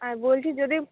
আর বলছি যদি